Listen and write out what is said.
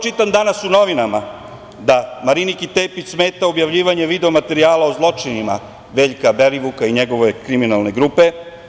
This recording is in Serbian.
Čitam danas u novinama da Mariniki Tepić smeta objavljivanje video materijala o zločinima Veljka Belivuka i njegove kriminalne grupe.